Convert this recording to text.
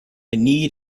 need